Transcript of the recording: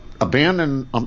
abandon